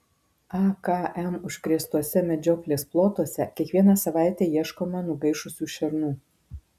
akm užkrėstuose medžioklės plotuose kiekvieną savaitę ieškoma nugaišusių šernų